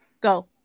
Go